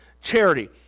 charity